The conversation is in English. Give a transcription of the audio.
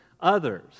others